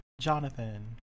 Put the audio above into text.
Jonathan